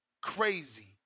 Crazy